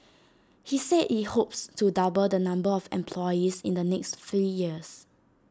he said IT hopes to double the number of employees in the next three years